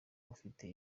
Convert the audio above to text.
bafite